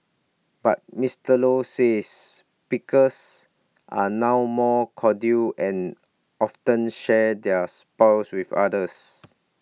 but Mister low says pickers are now more cordial and often share their spoils with others